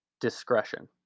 Discretion